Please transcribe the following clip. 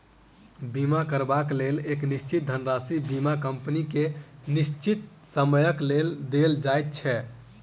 बीमा करयबाक लेल एक निश्चित धनराशि बीमा कम्पनी के निश्चित समयक लेल देल जाइत छै